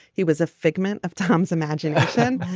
he was a figment of tom's imagination.